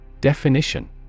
Definition